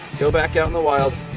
go back out in the wild.